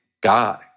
guy